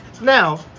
now